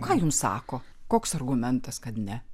ką jums sako koks argumentas kad ne